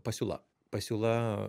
pasiūla pasiūla